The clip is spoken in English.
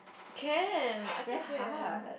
can I think can